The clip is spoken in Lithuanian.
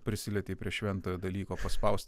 prisilietei prie šventojo dalyko paspaust